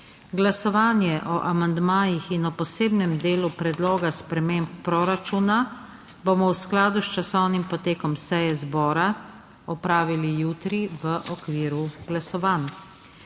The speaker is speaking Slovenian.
Glasovanje o amandmajih in o posebnem delu predloga sprememb proračuna bomo v skladu s časovnim potekom seje zbora opravili jutri v okviru glasovanj.